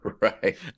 Right